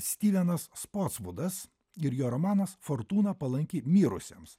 styvenas spotsudas ir jo romanas fortūna palanki mirusiems